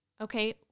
Okay